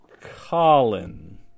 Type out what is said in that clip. Colin